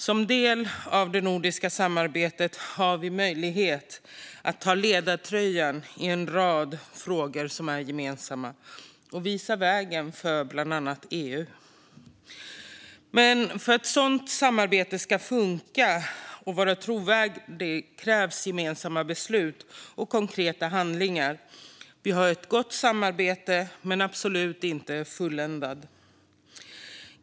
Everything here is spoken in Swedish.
Som del av det nordiska samarbetet har vi möjlighet att ta på oss ledartröjan i en rad frågor som är gemensamma och visa vägen för bland annat EU. Men för att ett sådant samarbete ska funka och vara trovärdigt krävs det gemensamma beslut och konkreta handlingar. Vi har ett gott samarbete, men det är absolut inte fulländat.